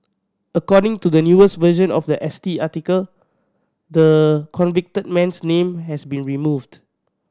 according to the newest version of the S T article the convicted man's name has been removed